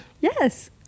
Yes